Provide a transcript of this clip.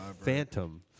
Phantom